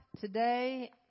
today